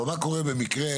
אבל מה קורה במקרה,